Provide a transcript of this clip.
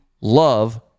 love